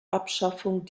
abschaffung